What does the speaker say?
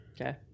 Okay